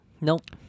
Nope